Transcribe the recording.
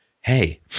hey